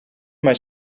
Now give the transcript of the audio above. mijn